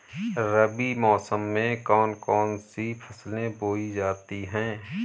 रबी मौसम में कौन कौन सी फसलें बोई जाती हैं?